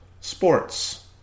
sports